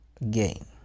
again